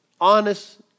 honest